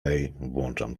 włączam